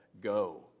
go